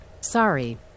Sorry